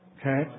Okay